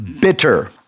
bitter